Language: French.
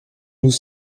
nous